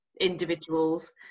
individuals